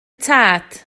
tad